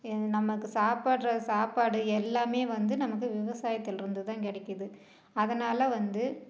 நமக்கு சாப்புடுற சாப்பாடு எல்லாம் வந்து நமக்கு விவசாயத்தில் இருந்து தான் கிடைக்கிது அதனால் வந்து